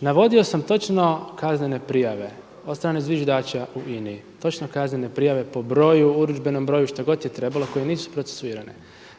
navodio sam točno kaznene prijave od strane zviždača u INA-i, točno kaznene prijave po broju, urudžbenom broju, što god je trebalo koje nisu procesuirane